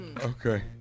Okay